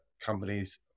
companies